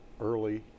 early